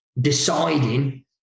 deciding